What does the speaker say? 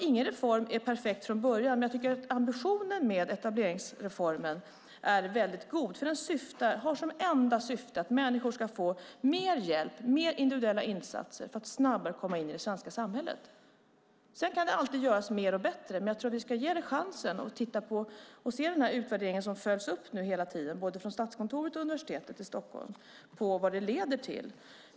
Ingen reform är perfekt från början, men jag tycker att ambitionen med etableringsreformen är väldigt god. Den har som enda syfte att människor ska få mer hjälp och mer individuella insatser för att snabbare komma in i det svenska samhället. Sedan kan det alltid göras mer och bättre, men jag tror att vi ska ge det chansen och se vad den utvärdering som följs upp nu hela tiden, både av Statskontoret och Stockholms universitet, leder till.